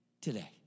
today